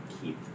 keep